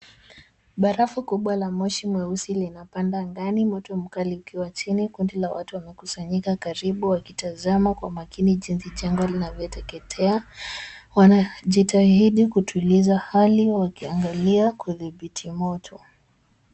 Barafu kubwa la moshi mweusi linapanda angani. Moto mkali ikiwa chini. Kundi la watu wanakusanyika karibu wakitazama kwa makini jinsi jengo linavyoteketea. Wanajitahidi kutuliza hali ya wakiangalia kudhibiti moto.